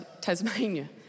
Tasmania